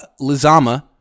lizama